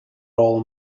all